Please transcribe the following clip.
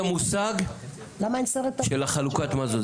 למושג של חלוקת המזון,